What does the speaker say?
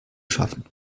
schaffen